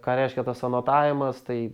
ką reiškia tas anotavimas tai